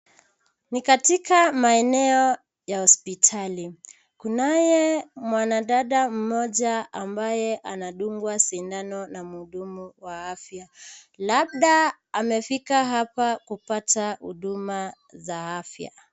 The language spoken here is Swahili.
Ni katika maeneo ya hospitali. Kunaye mwanadada mmoja ambaye anadungwa sindano na mhudumu wa afya, labda amefika hapa kupata huduma za afya.